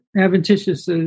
adventitious